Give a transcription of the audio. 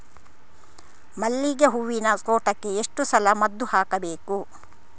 ಮಲ್ಲಿಗೆ ಹೂವಿನ ತೋಟಕ್ಕೆ ಎಷ್ಟು ಸಲ ಮದ್ದು ಹಾಕಬೇಕು?